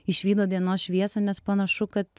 išvydo dienos šviesą nes panašu kad